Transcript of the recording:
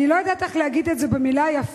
אני לא יודעת איך להגיד את זה במלה יפה,